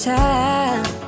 time